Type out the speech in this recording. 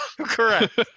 Correct